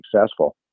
successful